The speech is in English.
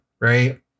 right